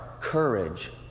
courage